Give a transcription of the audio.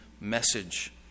message